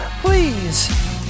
Please